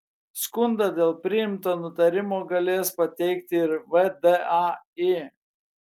skundą dėl priimto nutarimo galės pateikti ir vdai